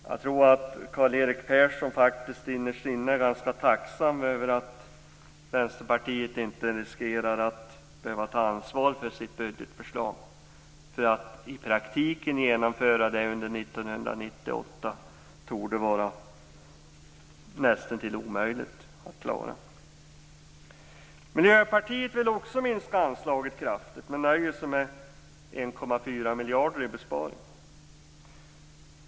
Karl-Erik Persson är nog innerst inne ganska tacksam över att Vänsterpartiet inte riskerar att behöva ta ansvar för sitt budgetförslag. Att i praktiken genomföra det under 1998 torde vara nästintill omöjligt att klara. Miljöpartiet vill också minska anslaget kraftigt, men nöjer sig med 1,4 miljarder i besparingar.